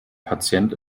patient